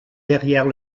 derrière